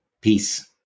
Peace